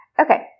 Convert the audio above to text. Okay